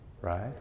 right